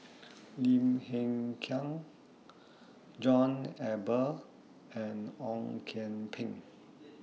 Lim Hng Kiang John Eber and Ong Kian Peng